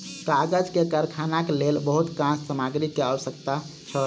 कागज के कारखानाक लेल बहुत काँच सामग्री के आवश्यकता छल